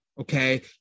okay